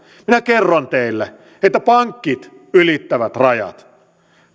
minä kerron teille että pankit ylittävät rajat